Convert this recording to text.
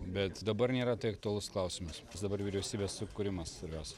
bet dabar nėra tai aktualus klausimas nes dabar vyriausybės sukūrimas svarbiausia